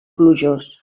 plujós